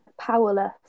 powerless